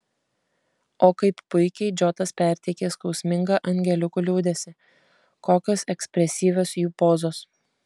o kaip puikiai džotas perteikė skausmingą angeliukų liūdesį kokios ekspresyvios jų pozos